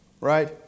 right